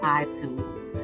iTunes